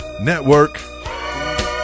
Network